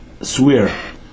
swear